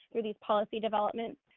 through the policy development,